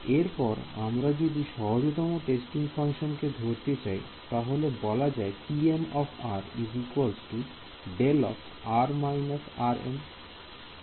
এরপর আমরা যদি সহজতম টেস্টিং ফাংশন কে ধরতে চাই তাহলে বলা যায় δr − এইভাবে আমরা লিখতে পারি